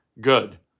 good